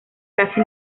casi